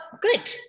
good